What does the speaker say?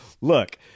look